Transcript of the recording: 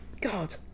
God